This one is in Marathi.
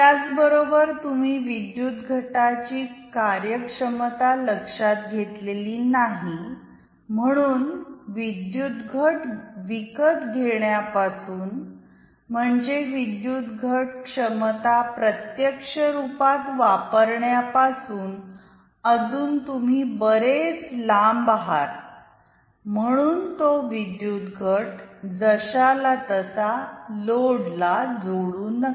त्याचबरोबर तुम्ही विद्युत घटाची कार्यक्षमता लक्षात घेतलेली नाही म्हणून विद्युत घट विकत घेण्यापासून म्हणजे विद्युत घट क्षमता प्रत्यक्ष रुपात वापरण्यापासून अजून तुम्ही बरेच लांब आहात म्हणून तो विद्युत घट जशाला तसा लोड ला जोडू नका